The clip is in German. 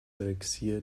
elixier